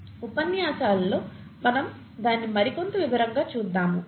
ఉపన్యాసాలలో మనము దానిని కొంత వివరంగా చూద్దాము